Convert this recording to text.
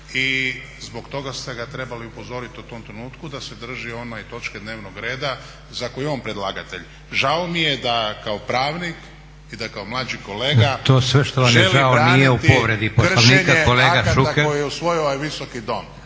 i zbog toga ste ga trebali upozoriti u tom trenutku da se drži one točke dnevnog reda za koju je on predlagatelj. Žao mi je da kao pravnik i da kao mlađi kolega želi braniti kršenje akata koje je